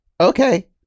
okay